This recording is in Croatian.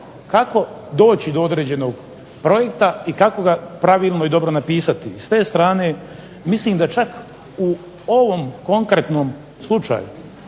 kako doći do određenog projekta i kako ga pravilno i dobro napisati. S te strane mislim da čak u ovom konkretnom slučaju